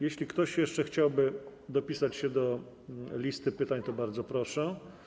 Jeśli ktoś jeszcze chciałby dopisać się do listy pytań, to bardzo proszę.